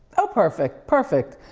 oh perfect, perfect.